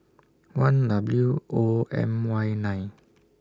one W O M Y nine